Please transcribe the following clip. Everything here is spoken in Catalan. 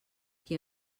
qui